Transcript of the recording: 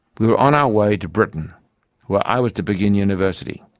we were on our way to britain where i was to begin university.